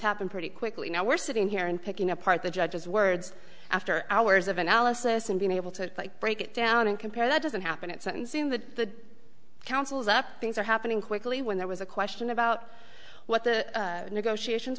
happen pretty quickly now we're sitting here and picking apart the judge's words after hours of analysis and being able to break it down and compare that doesn't happen at sentencing the counsels up things are happening quickly when there was a question about what the negotiations